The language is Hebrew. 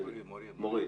יבגני.